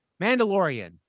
Mandalorian